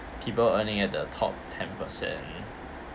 people earning at the top ten percent